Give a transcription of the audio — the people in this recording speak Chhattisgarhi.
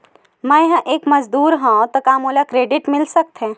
मैं ह एक मजदूर हंव त का मोला क्रेडिट मिल सकथे?